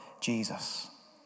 Jesus